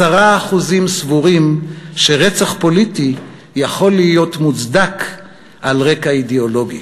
10% סבורים שרצח פוליטי יכול להיות מוצדק על רקע אידיאולוגי.